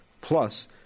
plus